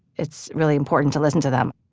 it's really important to listen to them